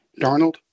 Darnold